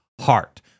heart